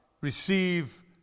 receive